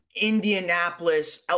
Indianapolis